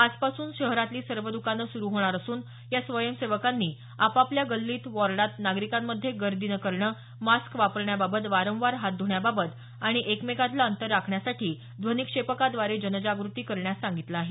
आजपासून शहरातली सर्व दुकानं सुरू होणार असून या स्वयंसेवकांनी आपआपल्या गल्लीत वार्डात नागरिकांमध्ये गर्दी न करणं मास्क वापरण्याबाबत वारंवार हात ध्रण्याबाबत आणि एकमेकातलं अंतर राखण्यासाठी ध्वनिक्षेपकाद्वारे जनजागृती करण्यास सांगितलं आहे